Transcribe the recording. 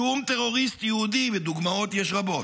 שום טרוריסט יהודי, ודוגמאות יש רבות,